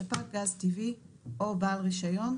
ספק גז טבעי או בעל רישיון,